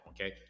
Okay